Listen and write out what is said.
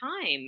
time